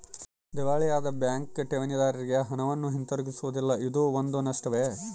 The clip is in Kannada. ದಿವಾಳಿಯಾದ ಬ್ಯಾಂಕ್ ಠೇವಣಿದಾರ್ರಿಗೆ ಹಣವನ್ನು ಹಿಂತಿರುಗಿಸುವುದಿಲ್ಲ ಇದೂ ಒಂದು ನಷ್ಟವೇ